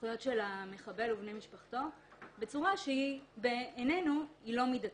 הזכויות של המחבל ובני משפחתו בצורה שבעינינו היא לא מידתית.